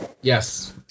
yes